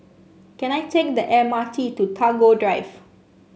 can I take the M R T to Tagore Drive